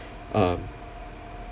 um